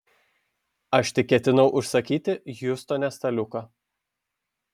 aš tik ketinau užsakyti hjustone staliuką